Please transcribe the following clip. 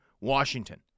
Washington